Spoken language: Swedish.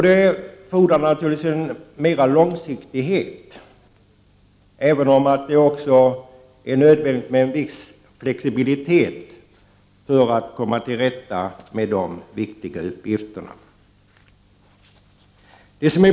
Det fordrar naturligtvis mera långsiktighet, även om det också är nödvändigt med en viss flexibilitet för att man skall komma till rätta med de viktiga uppgifterna.